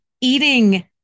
eating